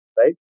right